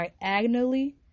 diagonally